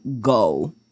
go